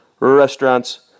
restaurants